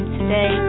today